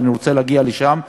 ואני רוצה להגיע לשם,